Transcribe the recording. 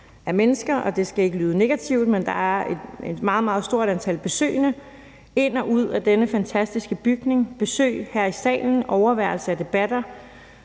af mennesker, og det skal ikke lyde negativt, men der er et meget, meget stort antal besøgende ind og ud af denne fantastiske bygning – besøg her i salen og overværelse af debatter